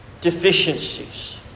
Deficiencies